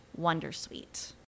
wondersuite